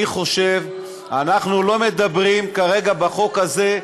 אני חושב, אנחנו לא מדברים כרגע בחוק הזה,